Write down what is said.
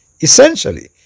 essentially